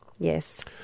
Yes